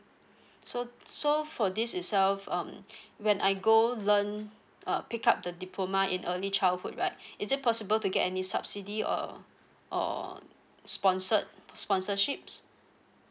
so so for this itself um when I go learn a pick up the diploma in early childhood right is it possible to get any subsidy or or sponsored sponsorships